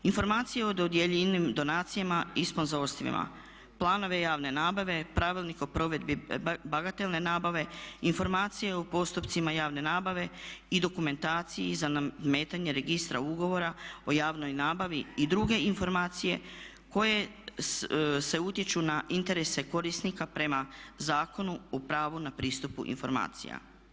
Informacije o dodijeljenim donacijama i sponzorstvima, planove javne nabave, pravilnik o provedbi bagatelne nabave, informacije u postupcima javne nabave i dokumentaciji za nametanje registra ugovora o javnoj nabavi i druge informacije koje utječu na interese korisnika prema Zakonu o pravu na pristup informacija.